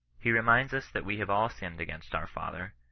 he reminds us that we have all sinned against our father,